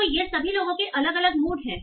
तो ये सभी लोगों के अलग अलग मूड हैं